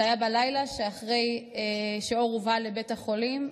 זה היה בלילה אחרי שאור הובא לבית החולים.